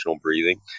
breathing